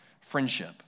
friendship